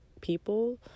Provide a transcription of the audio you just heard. people